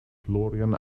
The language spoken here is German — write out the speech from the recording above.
florian